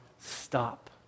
stop